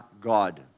God